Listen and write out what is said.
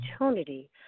opportunity